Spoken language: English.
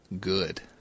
good